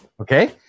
okay